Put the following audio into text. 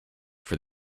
for